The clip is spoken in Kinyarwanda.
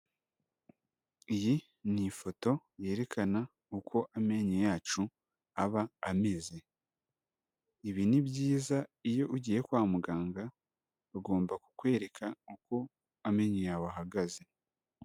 Iyi ni ifoto yerekana uko amenyo yacu aba ameze, ibi ni byiza iyo ugiye kwa muganga bagomba kukwereka uko amenyo yawe ahagaze.